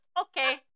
Okay